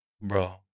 bro